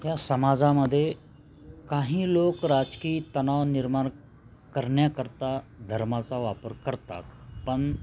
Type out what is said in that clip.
या समाजामध्ये काही लोक राजकीय तणाव निर्माण करण्याकरता धर्माचा वापर करतात पण